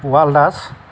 পোৱাল Das